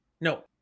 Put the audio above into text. No